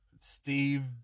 Steve